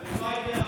הלוואי ויכולתי,